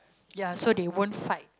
ya so they won't fight